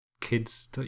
kid's